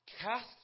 Cast